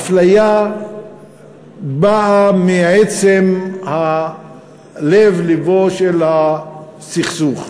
האפליה באה מעצם לב-לבו של הסכסוך,